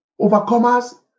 overcomers